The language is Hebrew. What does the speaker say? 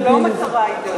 שקט זה לא המטרה העיקרית.